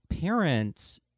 parents